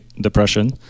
depression